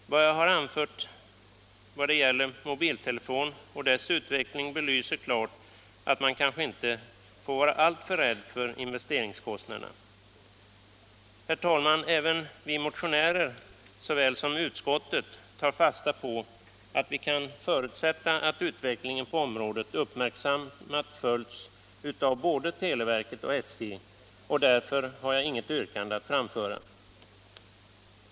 Vad jag har anfört beträffande mobiltelefon och dess utveckling belyser klart att man kanske inte får vara alltför rädd för investeringskostnaderna. Herr talman! Såväl vi motionärer som utskottets ledamöter tar fasta på att vi kan förutsätta att utvecklingen på området uppmärksamt följs av både televerket och SJ, och därför har jag inget yrkande att framföra.